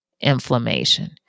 inflammation